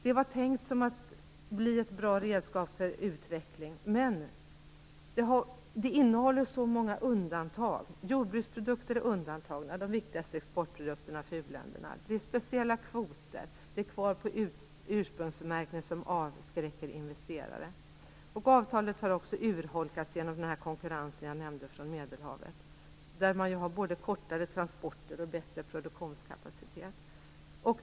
Det var tänkt att bli ett bra redskap för utveckling, men det innehåller så många undantag. Jordbruksprodukter, de viktigaste exportprodukterna för u-länderna, är undantagna. Det är speciella kvoter. Det här med ursprungsmärkning är kvar, och det avskräcker investerare. Avtalet har också urholkats genom den konkurrens från Medelhavet som jag nämnde. Där har man ju både kortare transporter och bättre produktionskapacitet.